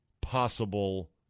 possible